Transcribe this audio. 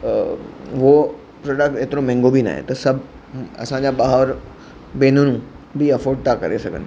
अ उहो प्रोडक्ट एतिरो महांगो बि न आहे त सभु असांजा भाउरु भेनरुनि बि अफॉड था करे सघनि